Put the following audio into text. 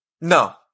No